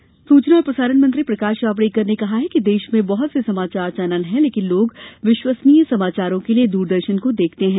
जावडेकर सूचना और प्रसारण मंत्री प्रकाश जावड़ेकर ने कहा कि देश में बहत से समाचार चैनल हैं लेकिन लोग विश्वसनीय समाचारों के लिए दूरदर्शन को देखते हैं